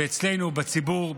ואצלנו בציבור,